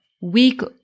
week